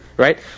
Right